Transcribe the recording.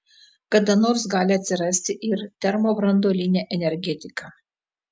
kada nors gali atsirasti ir termobranduolinė energetika